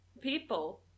people